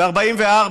ו-42 מיליון סיבות,